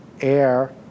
air